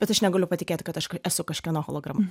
bet aš negaliu patikėti kad aš esu kažkieno holograma